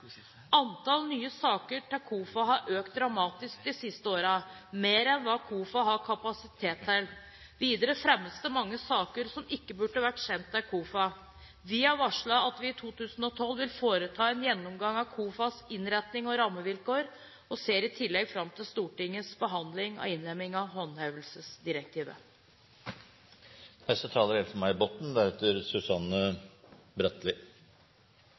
Antall nye saker til KOFA har økt dramatisk de siste årene – mer enn hva KOFA har hatt kapasitet til. Videre er det fremmet mange saker som ikke burde vært sendt til KOFA. Vi har varslet at vi i 2012 vil foreta en gjennomgang av KOFAs innretning og rammevilkår, og ser i tillegg fram til Stortingets behandling av innlemmingen av